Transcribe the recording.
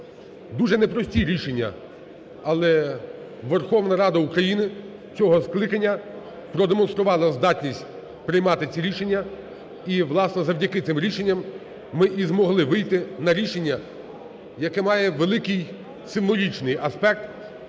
Дуже непрості рішення. Але Верховна Рада України цього скликання продемонструвала здатність приймати ці рішення і, власне, завдяки цим рішенням ми і змогли вийти на рішення, яке має великий символічний аспект,